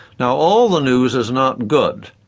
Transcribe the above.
now all the news is not good.